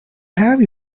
have